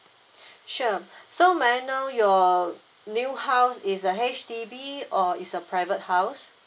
sure so may I know your new house is a H_D_B or is a private house